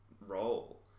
role